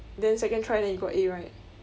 then second try then you got A right